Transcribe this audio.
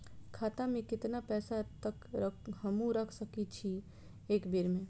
खाता में केतना पैसा तक हमू रख सकी छी एक बेर में?